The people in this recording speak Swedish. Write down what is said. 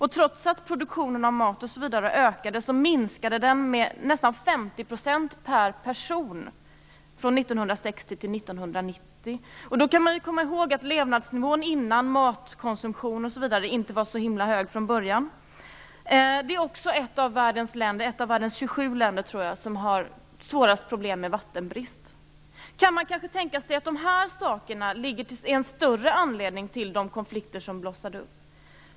Trots att produktionen av mat ökade, minskade den per person med nästan 50 % från 1960 till 1990. Då skall man komma ihåg att levnadsnivå och matkonsumtion inte var så hög från början. Rwanda är också ett av de 27 länder i världen som har svårast problem med vattenbrist. Kan man kanske tänka sig att de här sakerna är en större anledning till de konflikter som blossade upp?